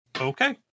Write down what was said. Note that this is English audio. Okay